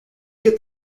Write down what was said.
get